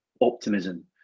optimism